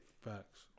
Facts